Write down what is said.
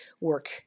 work